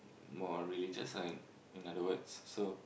more religious ah in in other words so